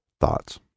thoughts